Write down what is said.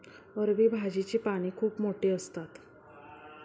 अरबी भाजीची पाने खूप मोठी असतात